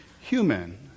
human